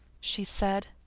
she said.